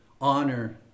honor